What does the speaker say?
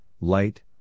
light